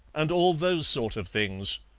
and all those sort of things.